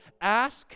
ask